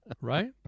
right